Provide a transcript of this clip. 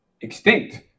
extinct